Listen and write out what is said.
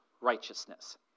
righteousness